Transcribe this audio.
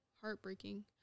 heartbreaking